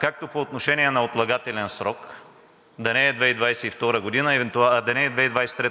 както по отношение на отлагателен срок – да не е 2023